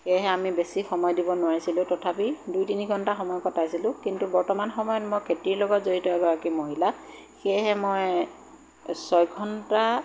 সেয়েহে আমি বেছি সময় দিব নোৱাৰিছিলোঁ তথাপি দুই তিনি ঘণ্টা সময় কটাইছিলোঁ কিন্তু বৰ্তমান সময়ত মই খেতিৰ লগত জড়িত এগৰাকী মহিলা সেয়েহে মই ছয় ঘণ্টা